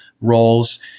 roles